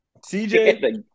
CJ